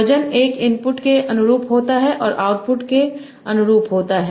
वजन 1 इनपुट के अनुरूप होता है और आउटपुट के अनुरूप होता है